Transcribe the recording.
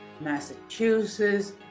Massachusetts